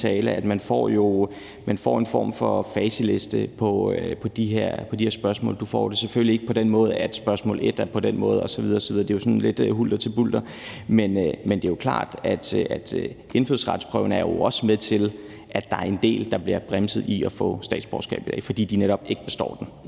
tale – at man får en form for facitliste til de her spørgsmål. Du får det selvfølgelig ikke på den måde, at der skal svares på spørgsmål 1 på den måde osv.; det er sådan lidt hulter til bulter. Men det er klart, at indfødsretsprøven jo også er med til, at der er en del, der bliver bremset i forhold til at få statsborgerskab, fordi de netop ikke består den.